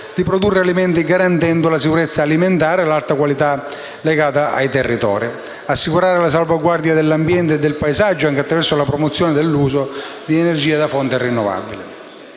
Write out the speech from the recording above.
di produrre alimenti garantendo la sicurezza alimentare e l'alta qualità legata al territorio e assicurare la salvaguardia dell'ambiente e del paesaggio anche attraverso la promozione dell'uso di energia da fonte rinnovabile;